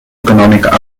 economic